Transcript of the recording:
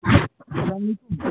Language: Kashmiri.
اَسلام علیکُم